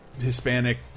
Hispanic